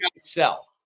sell